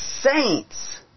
saints